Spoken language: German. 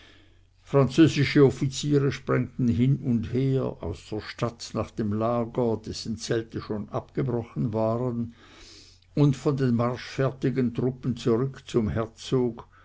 französische offiziere sprengten hin und her aus der stadt nach dem lager dessen zelte schon abgebrochen waren und von den marschfertigen truppen zurück zum herzog